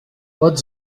what